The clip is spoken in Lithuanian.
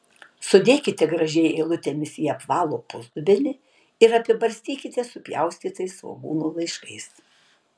sudėkite gražiai eilutėmis į apvalų pusdubenį ir apibarstykite supjaustytais svogūnų laiškais